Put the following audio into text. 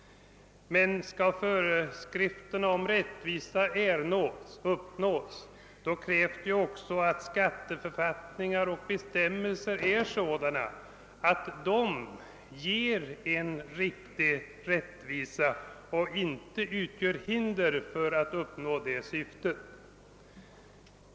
Men skall föreskriften om rättvisa kunna följas krävs också att skatteförfattningar och bestämmelser är sådana, att de utgör en riktig grund för rättvisa och inte är ett hinder för att uppnå det syftet.